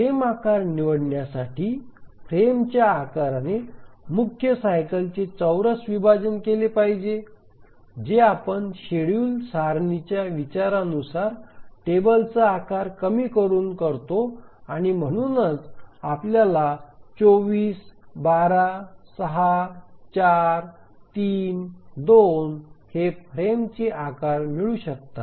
frame आकार निवडण्यासाठी फ्रेमच्या आकाराने मुख्य सायकलचे चौरस विभाजन केले पाहिजे जे आपण शेड्यूल सारणीच्या विचारानुसार टेबलचा आकार कमी करून करतो आणि म्हणूनच आपल्याला 24 12 6 4 3 2 हे फ्रेमचे आकार मिळू शकतात